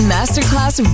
Masterclass